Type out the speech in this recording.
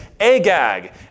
Agag